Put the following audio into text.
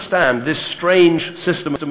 זה יהיה רע גם לנו וגם לפלסטינים, מה העמדה שלנו?